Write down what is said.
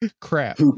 crap